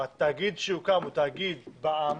והתאגיד שיוקם הוא תאגיד בע"מ